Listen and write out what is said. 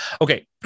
Okay